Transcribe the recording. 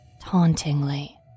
tauntingly